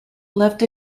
left